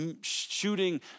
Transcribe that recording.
shooting